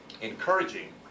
encouraging